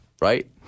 right